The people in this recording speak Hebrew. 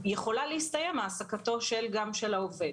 יכולה להסתיים גם העסקתו של העובד.